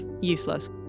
useless